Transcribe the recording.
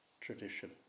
tradition